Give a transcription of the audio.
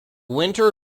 winter